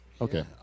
Okay